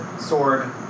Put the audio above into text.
sword